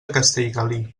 castellgalí